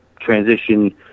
transition